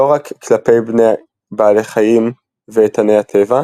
לא רק כלפי בעלי חיים ואיתני הטבע,